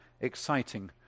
exciting